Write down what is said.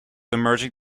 emerging